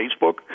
Facebook